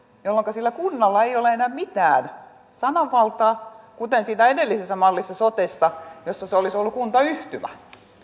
jolloinka sillä kunnalla ei ole enää mitään sananvaltaa kuten siinä edellisessä mallissa sotessa jossa se olisi ollut kuntayhtymä